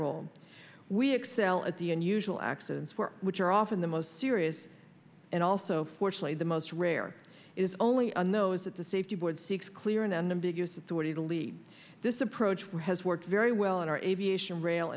role we excel at the unusual accidents where which are often the most serious and also fortunately the most rare is only a nose at the safety board seeks clear and unambiguous authority to lead this approach where has worked very well in our aviation rail